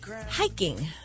hiking